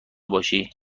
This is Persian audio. باشی